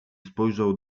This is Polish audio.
spojrzał